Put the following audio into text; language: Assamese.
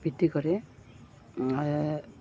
বৃদ্ধি কৰে